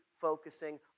focusing